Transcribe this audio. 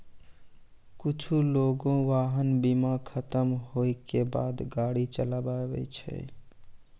कुछु लोगें वाहन बीमा खतम होय के बादो गाड़ी चलाबै छै